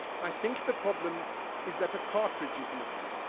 i think the problem is that a cartridge is missing.